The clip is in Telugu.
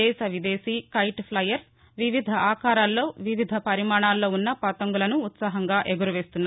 దేశ విదేశీ కైట్ ప్లయర్స్ వివిధ ఆకారాల్లో వివిధ పరిమాణాల్లో ఉన్న పతంగులను ఉత్సవంగా ఎగురవేస్తున్నారు